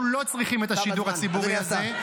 אנחנו לא צריכים את השידור הציבורי הזה.